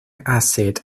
acid